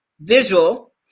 visual